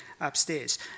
upstairs